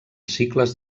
cicles